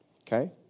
okay